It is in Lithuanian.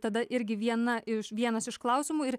tada irgi viena iš vienas iš klausimų ir